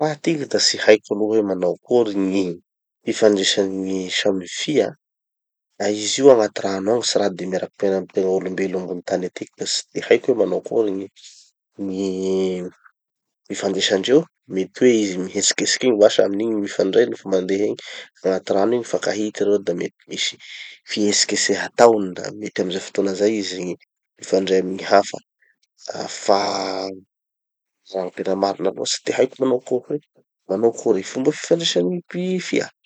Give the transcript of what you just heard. Fa ty da tsy haiko aloha hoe manao akory gny fifandraisan'ny gny samby fia. Fa izy io agnaty rano agny tsy raha de miaraky miaina amy tegna olom-belo ambony tany etiky ka tsy de haiko hoe manao akory gny gny fifandraisan-dreo. Mety hoe izy mihetsiketsiky igny vasa aminigny mifandray nofa mandeha egny agnaty rano egny, mifankahita ereo da mety misy fihetsiketseha ataony da mety amy zay fotoana zay izy mifandray amy gny hafa. Fa raha tena marina aloha tsy de haiko manao akory hoe manao akory e fomba fifandraisa gny fia.